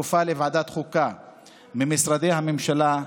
התקופה לוועדת החוקה ממשרדי הממשלה,